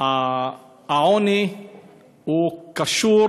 העוני קשור